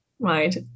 Right